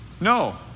no